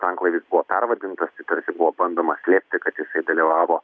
tanklaivis buvo pervadintas tai tarsi buvo bandoma slėpti kad jisai dalyvavo